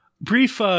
Brief